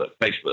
Facebook